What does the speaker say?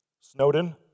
Snowden